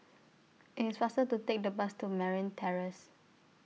IT IS faster to Take The Bus to Marine Terrace